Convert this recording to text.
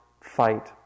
fight